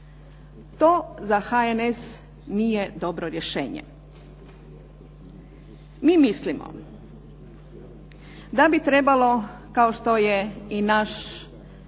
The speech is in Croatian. To za HNS nije dobro rješenje. Mi mislimo da bi trebalo kao što je i naš